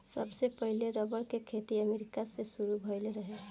सबसे पहिले रबड़ के खेती अमेरिका से शुरू भईल रहे